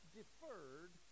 deferred